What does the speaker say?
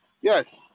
Yes